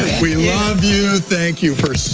we love you, thank you for such,